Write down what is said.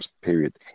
period